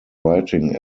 writing